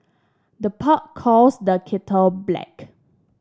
the pot calls the kettle black